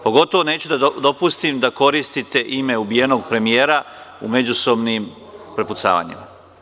Pogotovo neću da dopustim da koristite ime ubijenog premijera u međusobnim prepucavanjima.